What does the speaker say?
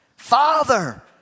father